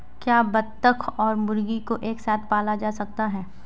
क्या बत्तख और मुर्गी को एक साथ पाला जा सकता है?